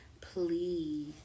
please